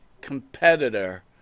competitor